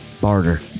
barter